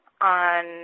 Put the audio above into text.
on